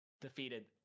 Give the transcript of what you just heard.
defeated